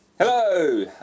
Hello